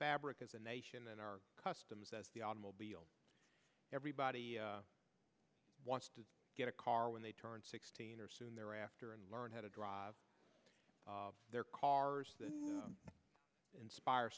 fabric as a nation and our customers as the automobile everybody wants to get a car when they turn sixteen or soon thereafter and learn how to drive their cars inspire